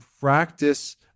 practice